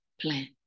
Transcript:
plan